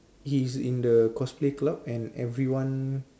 he's in the cosplay club and everyone